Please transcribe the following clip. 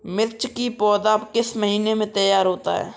मिर्च की पौधा किस महीने में तैयार होता है?